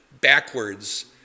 backwards